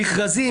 מכרזים,